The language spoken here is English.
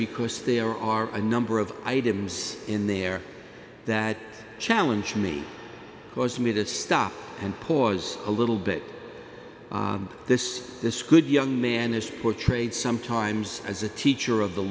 because there are a number of items in there that challenge me cause me to stop and pause a little bit this this good young man is portrayed sometimes as a teacher of the